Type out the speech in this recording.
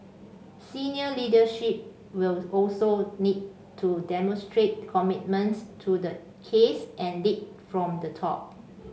senior leadership will also need to demonstrate commitment to the case and lead from the top